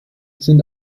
sind